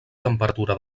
temperatura